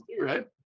right